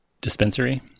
dispensary